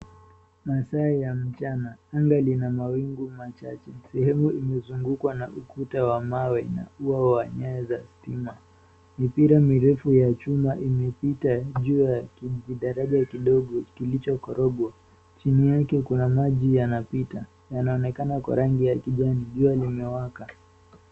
Masaa ya mchana anga Lina mawingu machache. Sehemu imezungukwa na ukuta wa mawe na ua wa nyaya za stima. Mipira mirefu ya chuma imepita juu ya kijidaraja kidogo kilicho korogwa. Chini yake kuna maji yanapita. Yanaonekana kwa ra'gi ya kijani. Jua limewaka.